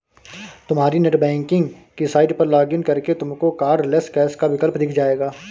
तुम्हारी नेटबैंकिंग की साइट पर लॉग इन करके तुमको कार्डलैस कैश का विकल्प दिख जाएगा